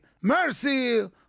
mercy